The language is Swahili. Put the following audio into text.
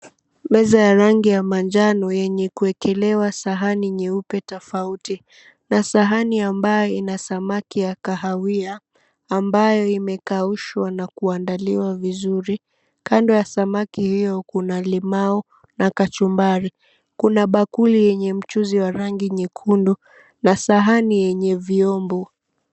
Meza ya rangi ya manjano yenye kuwekelewa sahani nyeupe tofauti, na sahani ambaye ina samaki ya kahawia, ambayo imekaushwa na kuandaliwa vizuri. Kando ya samaki hiyo kuna limau na kachumbari. Kuna bakuli yenye mchuzi wa rangi nyekundu na sahani yenye vyombo.